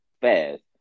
fast